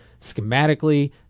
schematically